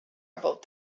about